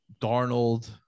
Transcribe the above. Darnold